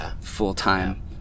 full-time